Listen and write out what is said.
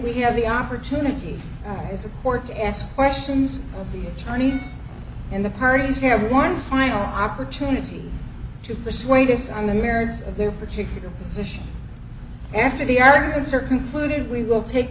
we have the opportunity as a court to ask questions of the attorneys in the pardons have one final opportunity to persuade us on the merits of their particular position after the arguments are concluded we will take